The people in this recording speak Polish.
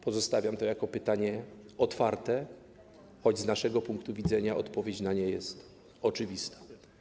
Pozostawiam to jako pytanie otwarte, choć z naszego punktu widzenia odpowiedź na nie jest oczywista.